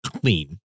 clean